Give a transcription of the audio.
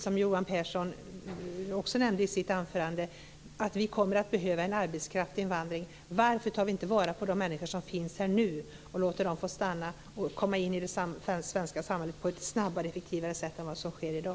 Som Johan Pehrson också nämnde i sitt anförande kommer vi att behöva en arbetskraftsinvandring. Varför tar vi inte vara på de människor som finns här nu och låter dem få stanna och komma in i det svenska samhället på ett snabbare och effektivare sätt än vad som sker i dag?